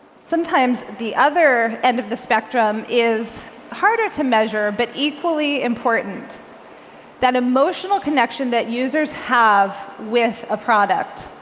sometimes the other end of the spectrum is harder to measure, but equally important that emotional connection that users have with a product.